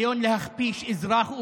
ניסיון להכפיש אזרח,